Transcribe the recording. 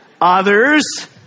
Others